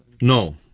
No